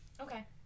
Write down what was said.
Okay